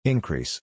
Increase